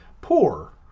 poor